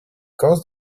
caused